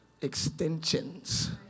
extensions